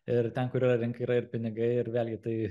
ir ten kur yra rinka yra ir pinigai ir vėlgi tai